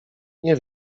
nie